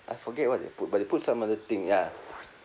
I forget what they put but they put some other thing ya